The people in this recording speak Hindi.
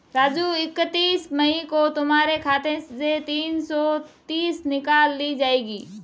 राजू इकतीस मई को तुम्हारे खाते से तीन सौ तीस निकाल ली जाएगी